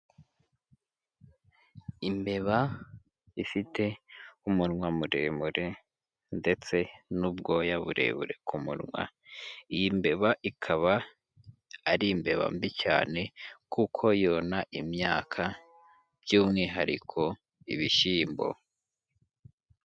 Imbeba ifite umunwa muremure ndetse n'ubwoya burebure ku munwa, iyi mbeba ikaba ari imbeba mbi cyane kuko yona imyaka by'umwihariko ibishyimbo.